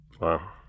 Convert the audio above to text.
Wow